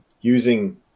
using